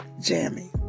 Jammy